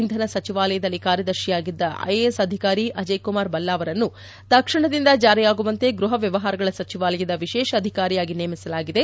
ಇಂಧನ ಸಚಿವಾಲಯದಲ್ಲಿ ಕಾರ್ಯದರ್ಶಿಯಾಗಿದ್ದ ಐಎಎಸ್ ಅಧಿಕಾರಿ ಅಜೇಯ್ ಕುಮಾರ್ ಭಲ್ಲಾ ಅವರನ್ನು ತಕ್ಷಣದಿಂದ ಜಾರಿಯಾಗುವಂತೆ ಗೃಹ ವ್ವವಹಾರಗಳ ಸಚಿವಾಲಯದ ವಿಶೇಷ ಅಧಿಕಾರಿಯಾಗಿ ನೇಮಿಸಲಾಗಿದೆ